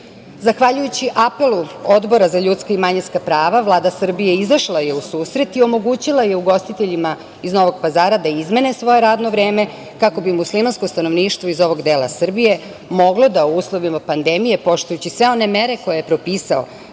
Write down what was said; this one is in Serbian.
Zahvaljujući apelu Odbora za ljudska i manjinska prava, Vlada Srbije izašla je u susret i omogućila je ugostiteljima iz Novog Pazara da izmene svoje radno vreme, kako bi muslimansko stanovništvo iz ovog dela Srbije, moglo da u uslovima pandemije, poštujući sve one mere koje je propisao